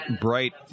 bright